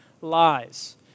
lies